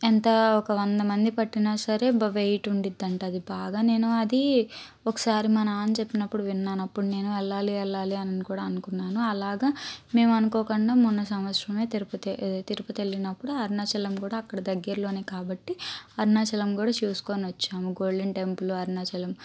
ఎంత ఒక వంద మంది పట్టిన సరే బాగా వెయిట్ ఉండిద్ది అంట అది బాగా నేను అది ఒకసారి మా నాన్న చెప్పినప్పుడు విన్నాను అప్పుడు నేను వెళ్ళాలి వెళ్ళాలి అని కూడా అనుకున్నాను అలాగా మేము అనుకోకుండా మొన్న సంవత్సరమే తిరుపతి తిరుపతి వెళ్ళినప్పుడు అరుణాచలం కూడా అక్కడ దగ్గర్లోనే కాబట్టి అరుణాచలం కూడా చూసుకొనివచ్చాము గోల్డెన్ టెంపుల్ అరుణాచలం